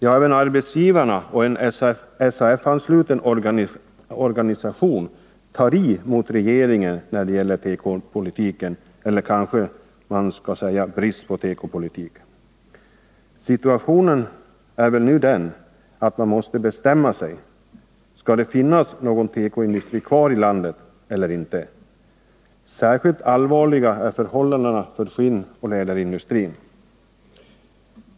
Ja, även arbetsgivarna och en SAF-ansluten organisation tar i mot regeringen när det gäller tekopolitiken eller bristen på tekopolitik. Situationen är väl nu den att man måste bestämma sig: Skall det finnas någon tekoindustri kvar i landet eller inte? Särskilt allvarliga är förhållandena för skinnoch läderindustrin.